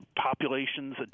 populations